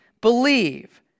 believe